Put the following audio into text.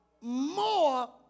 more